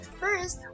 first